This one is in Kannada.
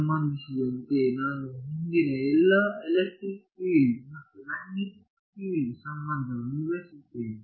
ಸಂಬಂಧಿಸಿದಂತೆ ನಾನು ಹಿಂದಿನ ಎಲ್ಲಾ ಎಲೆಕ್ಟ್ರಿಕ್ ಫೀಲ್ಡ್ ಮತ್ತು ಮ್ಯಾಗ್ನೆಟಿಕ್ ಫೀಲ್ಡ್ ಸಂಬಂಧವನ್ನು ಬಯಸುತ್ತೇನೆ